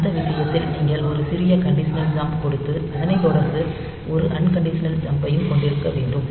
அந்த விஷயத்தில் நீங்கள் ஒரு சிறிய கண்டிஸ்னல் ஜம்ப் கொடுத்து அதனை தொடர்ந்து ஒரு அன் கண்டிஸ்னல் ஜம்ப் யும் கொண்டிருக்க வேண்டும்